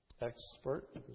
Expert